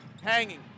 hanging